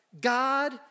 God